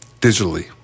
digitally